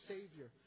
Savior